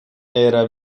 era